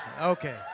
Okay